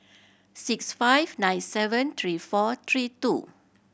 six five nine seven three four three two